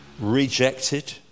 rejected